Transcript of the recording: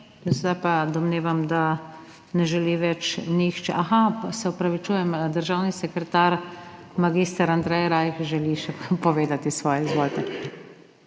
Zdaj pa domnevam, da ne želi več nihče. Se opravičujem, državni sekretar mag. Andrej Rajh želi še povedati svoje. Izvolite.